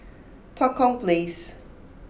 Tua Kong Place